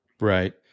Right